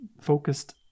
focused